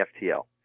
FTL